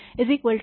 544749